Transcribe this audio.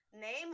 name